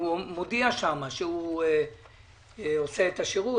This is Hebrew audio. מודיע שם שהוא עושה את השירות,